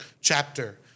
chapter